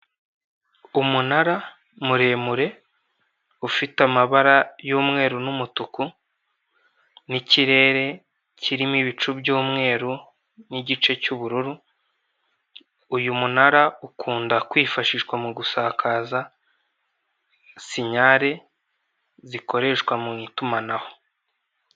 Umunara muremure ufite amabara y'umweru n'umutuku ni ikirere kirimo ibicu by'umweru n'igice cy'ubururu, uyu munara ukunda kwifashishwa mu gusakaza sinyare zikoreshwa mu itumanaho.